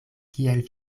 kiel